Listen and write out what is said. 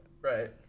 right